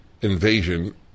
invasion